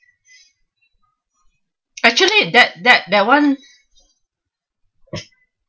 actually that that that one